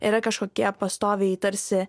yra kažkokie pastoviai tarsi